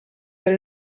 del